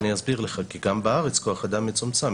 אני אסביר לך, גם בארץ כוח האדם מצומצם.